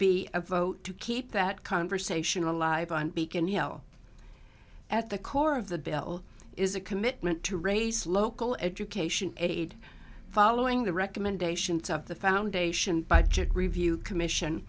be a vote to keep that conversation alive on beacon hill at the core of the bill is a commitment to raise local education aid following the recommendations of the foundation budget review commission